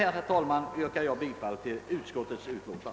Härmed ber jag få yrka bifall till utskottets hemställan.